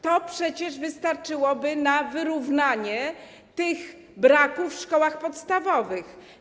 To przecież wystarczyłoby na wyrównanie braków w szkołach podstawowych.